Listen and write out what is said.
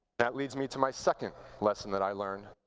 that leads me to my second lesson that i learned,